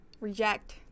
reject